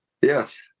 Yes